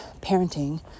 parenting